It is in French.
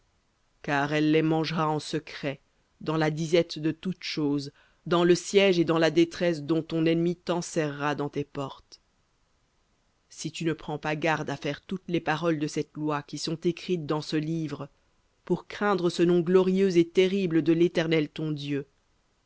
car elle les mangera en secret dans la disette de toutes choses dans le siège et dans la détresse dont ton ennemi t'enserrera dans tes portes si tu ne prends pas garde à faire toutes les paroles de cette loi qui sont écrites dans ce livre pour craindre ce nom glorieux et terrible de l'éternel ton dieu